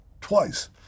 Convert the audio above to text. Twice